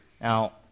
Now